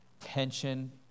tension